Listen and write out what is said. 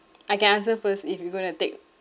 I can answer first if you going to take